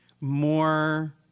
more